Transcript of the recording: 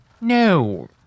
No